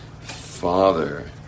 father